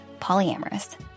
polyamorous